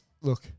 look